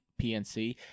PNC